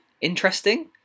interesting